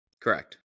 Correct